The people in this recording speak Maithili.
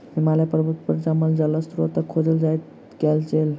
हिमालय पर्वत पर जमल जल स्त्रोतक खोज कयल गेल